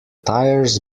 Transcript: tires